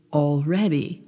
already